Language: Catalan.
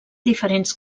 diferents